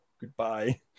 goodbye